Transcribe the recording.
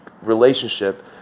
relationship